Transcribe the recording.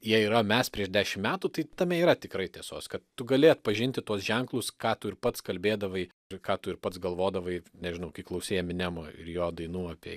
jie yra mes prieš dešim metų tai tame yra tikrai tiesos kad tu gali atpažinti tuos ženklus ką tu ir pats kalbėdavai ir ką tu ir pats galvodavai nežinau kai klausei eminemo ir jo dainų apie